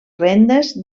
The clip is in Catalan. rendes